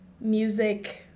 music